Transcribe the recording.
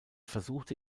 versuchte